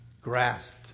grasped